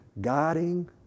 guiding